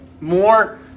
more